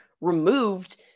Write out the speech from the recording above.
removed